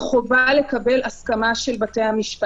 ההכרזה החלקית?